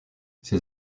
ses